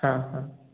ହଁ ହଁ